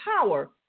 power